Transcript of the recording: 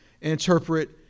interpret